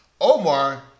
Omar